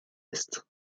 est